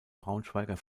braunschweiger